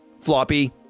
Floppy